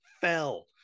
fell